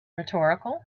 rhetorical